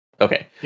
Okay